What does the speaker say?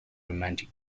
romantic